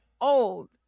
old